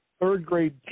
third-grade